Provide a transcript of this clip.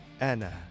Anna